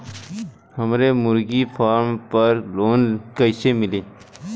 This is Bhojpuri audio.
हमरे मुर्गी फार्म पर लोन कइसे मिली?